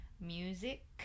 music